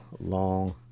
long